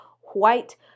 white